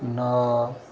ନଅ